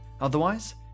Otherwise